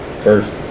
first